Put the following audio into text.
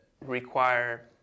require